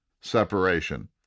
separation